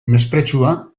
mespretxua